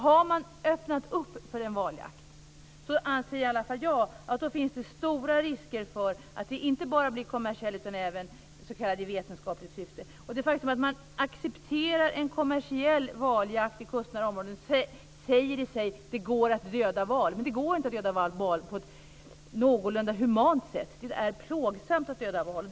Har man öppnat för valjakt anser i alla fall jag att det finns stora risker för att det inte bara blir kommersiellt utan även i s.k. vetenskapligt syfte. Det faktum att man accepterar en kommersiell valjakt i kustnära områden säger i sig att det går att döda val. Men det går inte att döda val på ett någorlunda humant sätt. Det är plågsamt.